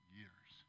years